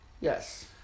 Yes